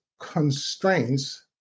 constraints